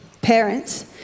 Parents